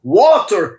water